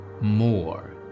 more